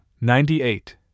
ninety-eight